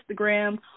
Instagram